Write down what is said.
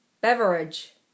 Beverage